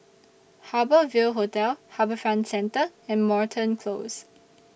Harbour Ville Hotel HarbourFront Centre and Moreton Close